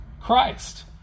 Christ